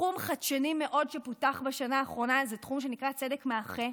תחום חדשני מאוד שפותח בשנה האחרונה זה תחום שנקרא "צדק מאחה".